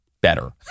better